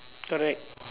correct